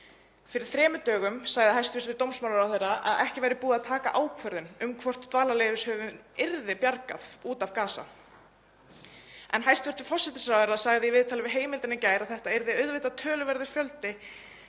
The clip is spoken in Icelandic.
Fyrir þremur dögum sagði hæstv. dómsmálaráðherra að ekki væri búið að taka ákvörðun um hvort dvalarleyfishöfum yrði bjargað út af Gaza. En hæstv. forsætisráðherra sagði í viðtali við Heimildina í gær að þetta yrði auðvitað töluverður fjöldi